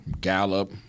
Gallup